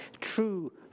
true